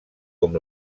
com